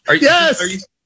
Yes